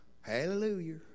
Hallelujah